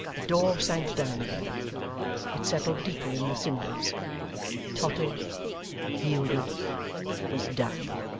the door sank down again it settled deeper in the cinders tottered yielded was down!